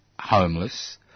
homeless